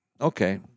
Okay